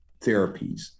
therapies